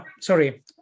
Sorry